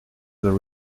were